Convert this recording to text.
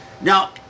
now